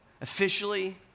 officially